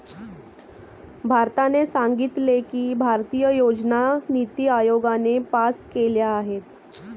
भारताने सांगितले की, भारतीय योजना निती आयोगाने पास केल्या आहेत